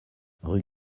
rue